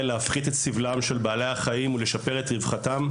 להפחיד את סבלם של בעלי החיים ולשפר את רווחתם?